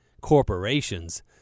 corporations